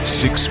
six